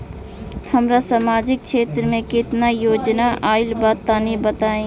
हमरा समाजिक क्षेत्र में केतना योजना आइल बा तनि बताईं?